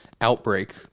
Outbreak